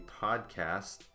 podcast